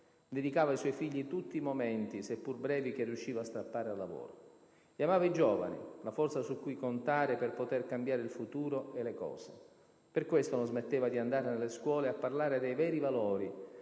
Dedicava ai suoi figli tutti i momenti, seppur brevi, che riusciva a strappare al lavoro. E amava i giovani, la forza su cui contare per poter cambiare il futuro e le cose. Per questo non smetteva di andare nelle scuole a parlare dei veri valori,